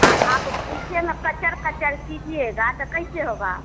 हाँ आप उसमें ना कचर कचर कीजिएगा तो कैसे होगा